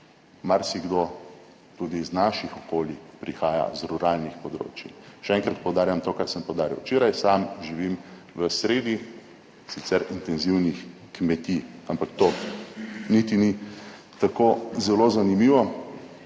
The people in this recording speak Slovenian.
marsikdo tudi iz naših okolij prihaja z ruralnih področij. Še enkrat poudarjam to, kar sem poudaril včeraj. Sam živim v sredi sicer intenzivnih kmetij, ampak to niti ni tako zelo zanimivo,